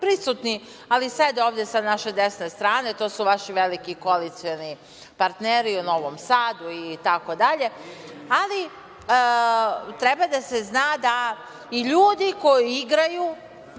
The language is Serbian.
ali sede ovde sa naše desne strane, to su vaši veliki koalicioni partneri u Novom Sadu i tako dalje. Treba da se zna i ljudi koji igraju,